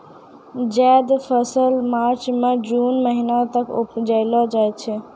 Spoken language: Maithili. जैद फसल मार्च सें जून महीना तक उपजैलो जाय छै